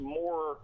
more